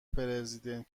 پرزیدنت